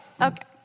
Okay